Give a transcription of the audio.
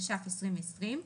התש"ף-2020,